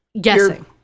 guessing